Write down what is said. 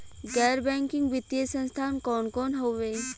गैर बैकिंग वित्तीय संस्थान कौन कौन हउवे?